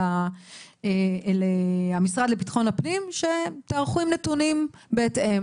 אל המשרד לביטחון הפנים שתיערכו עם נתונים בהתאם.